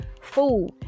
food